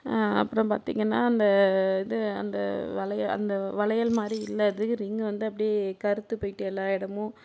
அப்புறம் பார்த்தீங்கன்னா அந்த இது அந்த வளையல் அந்த வளையல் மாதிரி இல்லை அது ரிங் வந்து அப்படியே கருத்து போயிட்டு எல்லா இடமும்